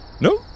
No